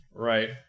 Right